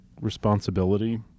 responsibility